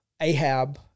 Ahab